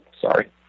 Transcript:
Sorry